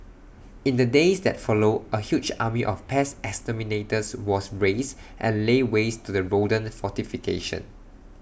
in the days that followed A huge army of pest exterminators was raised and laid waste to the rodent fortification